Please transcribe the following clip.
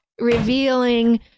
revealing